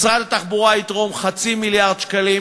משרד התחבורה יתרום חצי מיליארד שקלים,